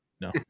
No